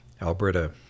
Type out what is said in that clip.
Alberta